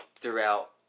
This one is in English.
throughout